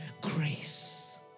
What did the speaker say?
Grace